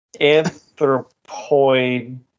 Anthropoid